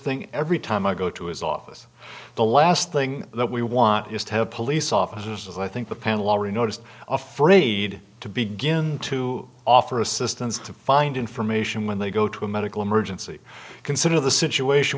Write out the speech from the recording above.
thing every time i go to his office the last thing that we want is to have police officers as i think the panel already noticed afraid to begin to offer assistance to find information when they go to a medical emergency consider the situation